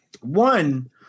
One